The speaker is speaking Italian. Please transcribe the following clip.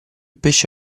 pesci